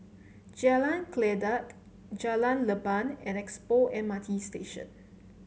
Jalan Kledek Jalan Leban and Expo M R T Station